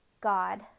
god